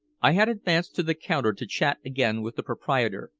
i had advanced to the counter to chat again with the proprietor,